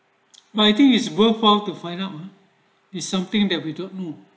but i think is worthwhile to find out what is something that we don't know